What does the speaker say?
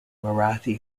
marathi